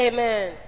Amen